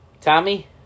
Tommy